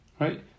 right